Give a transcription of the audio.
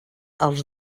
als